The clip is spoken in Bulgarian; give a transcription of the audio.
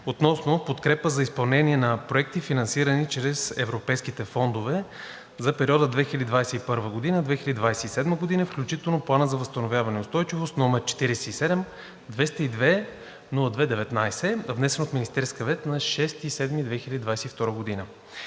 относно подкрепа за изпълнение на проекти, финансирани чрез Европейските фондове за периода 2021 – 2027 г., включително Плана за възстановяване и устойчивост, № 47-202-02-19, внесен от Министерския съвет на 6 юли 2022 г.